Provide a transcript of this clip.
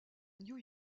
new